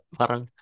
parang